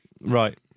right